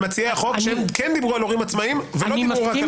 מציעי החוק שדיברו על הורים עצמאים ולא דיברו רק על זה.